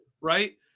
right